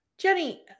Jenny